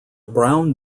brown